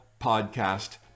podcast